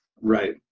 Right